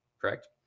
correct